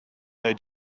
they